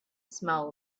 smell